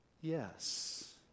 Yes